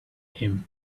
him